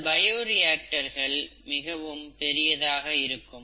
இந்த பயோரியாக்டர்கள் மிகவும் பெரியதாக இருக்கும்